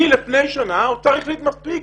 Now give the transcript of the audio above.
מלפני שנה האוצר החליט שמספיק,